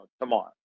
tomorrow